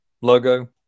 logo